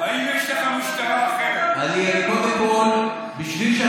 ההרס המוסדי הכי גדול, זה שאתם בקואליציה.